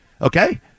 Okay